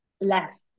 less